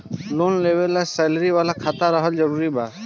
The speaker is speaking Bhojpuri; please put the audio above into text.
लोन लेवे ला सैलरी वाला खाता रहल जरूरी बा?